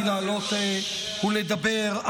לעלות ולדבר,